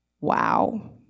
Wow